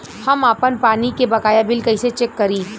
हम आपन पानी के बकाया बिल कईसे चेक करी?